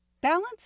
balance